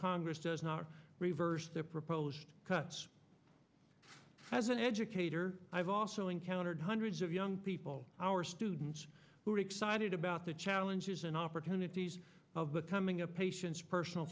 congress does not reverse the proposed cuts as an educator i have also encountered hundreds of young people our students who are excited about the challenges and opportunities of becoming a patient's personal